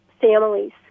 families